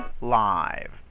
live